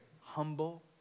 Humble